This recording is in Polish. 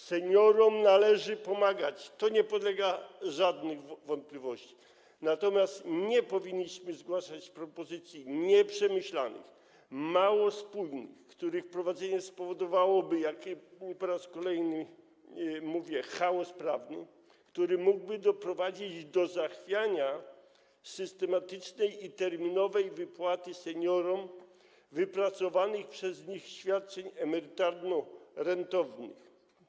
Seniorom należy pomagać - to nie podlega żadnym wątpliwościom, natomiast nie powinniśmy zgłaszać propozycji nieprzemyślanych, mało spójnych, których wprowadzenie spowodowałoby - po raz kolejny to mówię - chaos prawny, który mógłby doprowadzić do zachwiania systematycznej i terminowej wypłaty seniorom wypracowanych przez nich świadczeń emerytalno-rentowych.